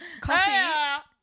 Coffee